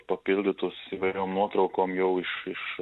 papildytus įvairiom nuotraukom jau iš iš